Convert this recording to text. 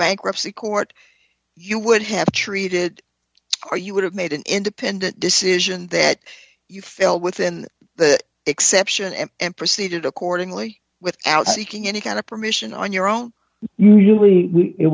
bankruptcy court you would have to treat it or you would have made an independent decision that you fell within the exception and proceeded accordingly without seeking any kind of permission on your own really